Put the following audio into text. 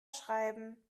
schreiben